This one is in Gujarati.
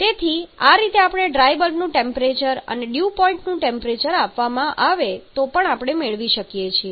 તેથી આ રીતે આપણે ડ્રાય બલ્બનું ટેમ્પરેચર અને ડ્યૂ પોઇન્ટનું ટેમ્પરેચર આપવામાં આવે તો પણ મેળવી શકીએ છીએ